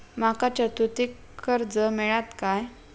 माका चतुर्थीक कर्ज मेळात काय?